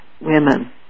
women